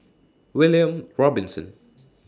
William Robinson